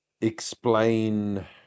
explain